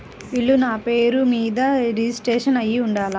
ఇల్లు నాపేరు మీదే రిజిస్టర్ అయ్యి ఉండాల?